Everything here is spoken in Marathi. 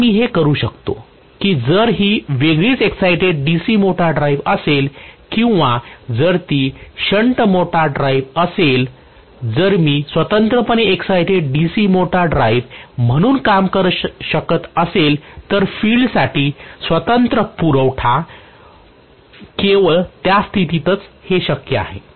स्वतः मी हे करू शकतो की जर ही वेगळीच एक्सायटेड DC मोटर ड्राइव्ह असेल किंवा जर ती शंट मोटर ड्राईव्ह असेल जर मी स्वतंत्रपणे एक्सायटेड DC मोटर ड्राईव्ह म्हणून काम करत असेल तर फील्ड साठी स्वतंत्र पुरवठा केवळ त्या स्थितीतच हे शक्य आहे